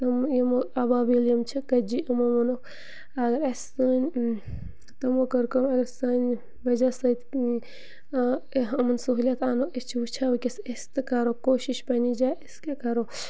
تِم یِمو اَبابِیٖل یِم چھِ کٔتجہِ یِمو ووٚنُکھ اگر اَسہِ سٲنۍ تِمو کٔر کٲم اگر سانہِ وجہ سۭتۍ یِمَن سہوٗلیت اَنو أسۍ چھِ وٕچھو وٕنۍکٮ۪س أسۍ تہِ کَرو کوٗشِش پنٛنہِ جایہِ أسۍ کیٛاہ کَرو